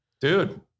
Dude